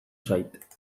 zait